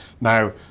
Now